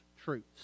truths